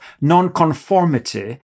nonconformity